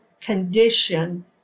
condition